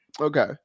okay